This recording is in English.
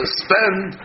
spend